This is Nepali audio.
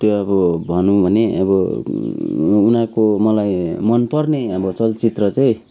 त्यो अब भनौँ भने अब उनीहरूको मलाई मनपर्ने अब चलचित्र चाहिँ